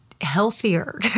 healthier